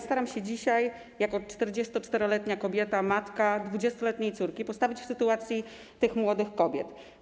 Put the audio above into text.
Staram się dzisiaj jako 44-letnia kobieta, matka 20-letniej córki postawić się w sytuacji tych młodych kobiet.